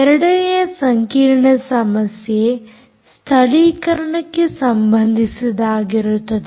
ಎರಡನೆಯ ಸಂಕೀರ್ಣ ಸಮಸ್ಯೆ ಸ್ಥಳೀಕರಣಕ್ಕೆ ಸಂಬಂಧಿಸಿದ್ದಾಗಿರುತ್ತದೆ